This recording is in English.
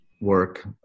work